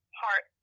heart